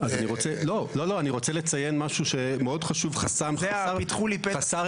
אני רוצה לציין משהו שמאוד חשוב, חסר היגיון.